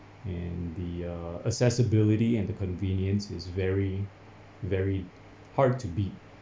and the err accessibility and the convenience is very very hard to beat